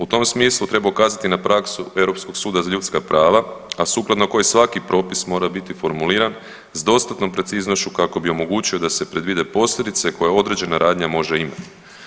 U tom smislu treba ukazati na praksu Europskog suda za ljudska prava, a sukladno kojem svaki propis mora biti formuliran sa dostatnom preciznošću kako bi omogućio da se predvide posljedice koje određena radnja može imati.